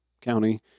county